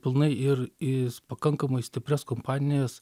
pilnai ir į pakankamai stiprias kompanijas